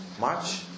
March